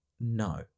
No